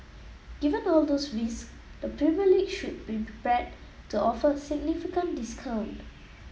given all those risks the Premier League should be prepared to offer a significant discount